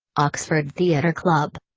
oxford theatre club.